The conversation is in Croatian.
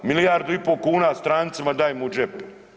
Milijardu i pol kuna strancima dajemo u džep.